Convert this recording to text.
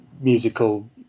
musical